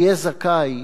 יהיה זכאי